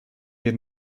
had